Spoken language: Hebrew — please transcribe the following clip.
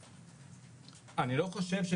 אני לא חושב,